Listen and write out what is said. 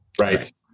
right